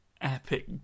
Epic